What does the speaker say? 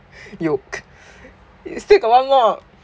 yolk u still got one more